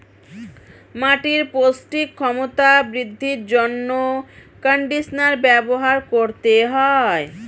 মাটির পৌষ্টিক ক্ষমতা বৃদ্ধির জন্য কন্ডিশনার ব্যবহার করতে হয়